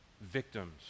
victims